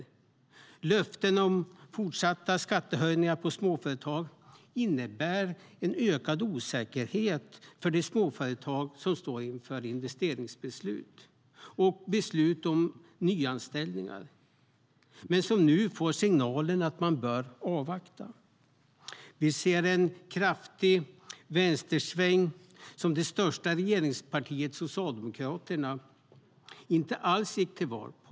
Löften om fortsatta skattehöjningar på småföretag innebär en ökad osäkerhet för de småföretag som står inför investeringsbeslut och beslut om nyanställningar. De får nu signalen att de bör avvakta. Vi ser en kraftig vänstersväng som det största regeringspartiet Socialdemokraterna inte alls gick till val på.